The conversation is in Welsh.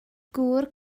gŵr